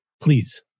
please